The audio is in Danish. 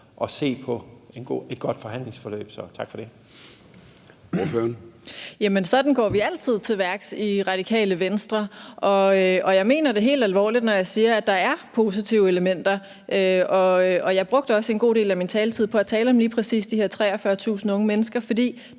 at se på et godt forhandlingsforløb. Så tak for det.